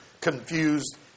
confused